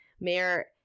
Mayor